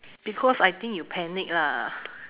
because I think you panic lah